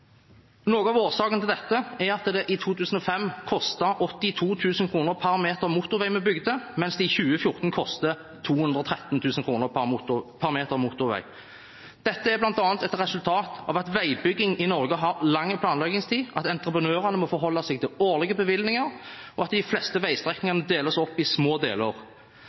Noe av årsaken til dette er at det i 2005 kostet 82 000 kr per meter motorvei vi bygde, mens det i 2014 koster 213 000 kr per meter motorvei. Dette er bl.a. et resultat av at veibygging i Norge har lang planleggingstid, at entreprenørene må forholde seg til årlige bevilgninger, og at de fleste veistrekningene deles opp i små deler.